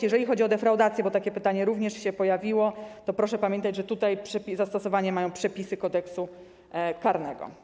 Jeżeli chodzi o defraudację, bo takie pytanie również się pojawiło, to proszę pamiętać, że tutaj zastosowanie mają przepisy Kodeksu karnego.